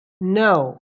no